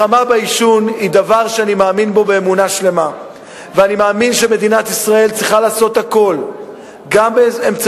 אני יודע שאתה מאוד רגיש לסוגיה הזאת כלפי כל מיני דברים שעולים